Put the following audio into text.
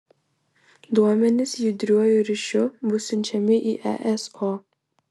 duomenys judriuoju ryšiu bus siunčiami į eso